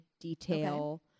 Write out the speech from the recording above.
detail